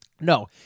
No